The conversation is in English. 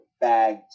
bag